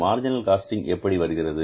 marginal costing எப்படி வருகிறது